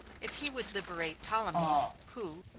if he would liberate ptolemy who,